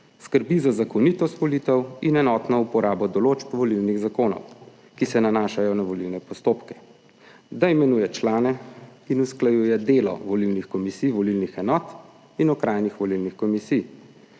skrbi za zakonitost volitev in enotno uporabo določb volilnih zakonov, ki se nanašajo na volilne postopke, da imenuje člane in usklajuje delo volilnih komisij, volilnih enot in okrajnih volilnih komisij